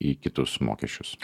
į kitus mokesčius